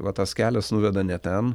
va tas kelias nuveda ne ten